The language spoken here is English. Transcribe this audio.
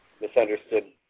Misunderstood